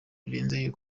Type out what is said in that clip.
birenze